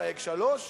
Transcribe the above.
חייג 3,